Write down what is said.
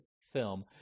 film